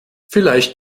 vielleicht